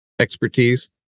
expertise